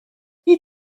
die